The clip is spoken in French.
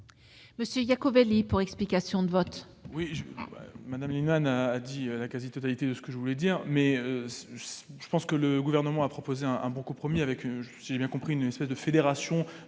Xavier Iacovelli, pour explication de vote.